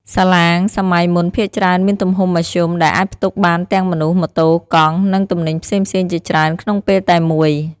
សាឡាងសម័យមុនភាគច្រើនមានទំហំមធ្យម ដែលអាចផ្ទុកបានទាំងមនុស្ស ម៉ូតូ កង់ និងទំនិញផ្សេងៗជាច្រើនក្នុងពេលតែមួយ។